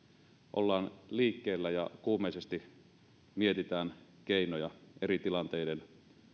ollaan liikkeellä ja kuumeisesti mietitään keinoja eri tilanteiden